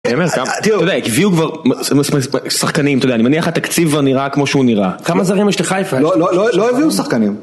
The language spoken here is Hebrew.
אתה יודע, הביאו כבר שחקנים, אתה יודע, אני מניח, התקציב כבר נראה כמו שהוא נראה. כמה זרים יש לחיפה? לא הביאו שחקנים.